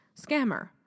scammer